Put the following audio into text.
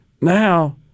now